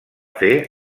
fer